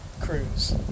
cruise